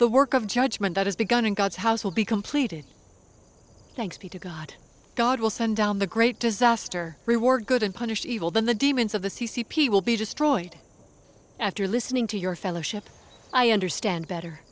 the work of judgement that has begun in god's house will be completed thanks be to god god will send down the great disaster reward good and punish evil then the demons of the c c p will be destroyed after listening to your fellowship i understand better